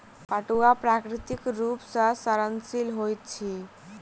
पटुआ प्राकृतिक रूप सॅ सड़नशील होइत अछि